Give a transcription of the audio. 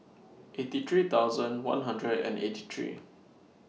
eighty three thousand one hundred and eighty three